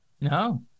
No